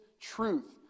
truth